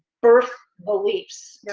birth beliefs,